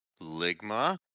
Ligma